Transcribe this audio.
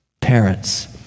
parents